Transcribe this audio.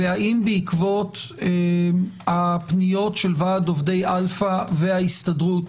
והאם בעקבות הפניות של ועד עובדי אלפא וההסתדרות